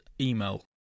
email